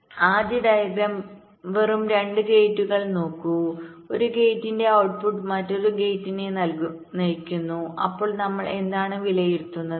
ഈ ആദ്യ ഡയഗ്രം വെറും 2 ഗേറ്റുകൾ നോക്കൂ 1 ഗേറ്റിന്റെ ഔട്ട്പുട്ട് മറ്റൊരു ഗേറ്റിനെ നയിക്കുന്നു അപ്പോൾ നമ്മൾ എന്താണ് വിലയിരുത്തുന്നത്